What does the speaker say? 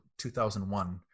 2001